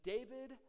David